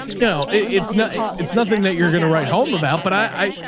you know, it's not, it's nothing that you're going to write home about, but i,